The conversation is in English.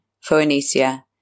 Phoenicia